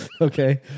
okay